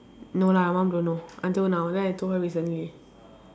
no lah my mum don't know until now then I told her recently